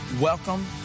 Welcome